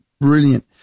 Brilliant